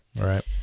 right